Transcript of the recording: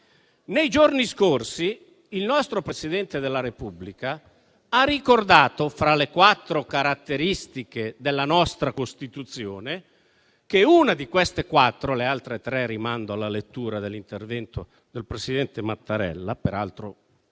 Nei giorni scorsi il nostro Presidente della Repubblica ha ricordato, fra le quattro caratteristiche della nostra Costituzione, che una di esse - per le altre tre rimando alla lettura dell'intervento del presidente Mattarella; peraltro